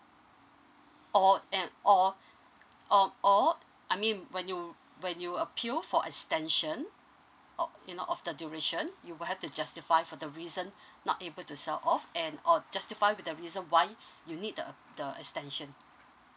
oh okay oh okay I mean when you um when you appeal for extensions or you not of the duration you will have to justify for the reason not able to sell off and or just five the reason one you need uh the extension